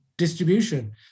distribution